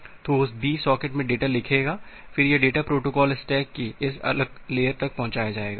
तो host B socket में data लिखेगा फिर यह डेटा प्रोटोकॉल स्टैक की इस अलग लेयर तक पहुंचाया जाएगा